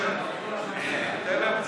מוסי, בוא ביחד נלמד את זה, רק שנראה מה זה